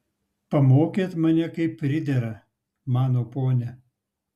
pamokėt mane kaip pridera mano ponia